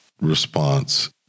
response